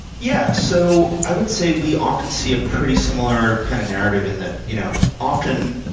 yeah. so i would say we often see a pretty similar kind of narrative, and that you know often,